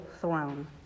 throne